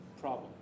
problem